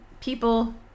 people